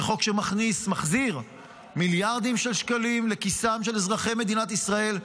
זה חוק שמחזיר מיליארדים של שקלים לכיסם של אזרחי מדינת ישראל,